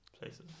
Places